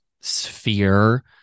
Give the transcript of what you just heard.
sphere